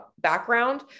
background